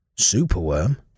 Superworm